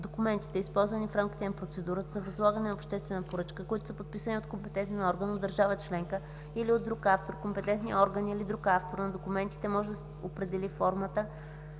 документите, използвани в рамките на процедура за възлагане на обществена поръчка, които са подписани от компетентен орган на държава членка или от друг автор, компетентният орган или другият автор на документите може да определи формата